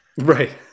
Right